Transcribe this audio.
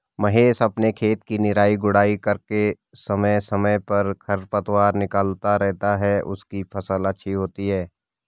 महेश अपने खेत की निराई गुड़ाई करके समय समय पर खरपतवार निकलता रहता है उसकी फसल अच्छी होती है